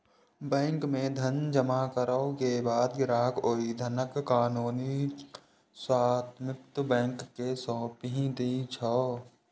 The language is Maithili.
बैंक मे धन जमा करै के बाद ग्राहक ओइ धनक कानूनी स्वामित्व बैंक कें सौंपि दै छै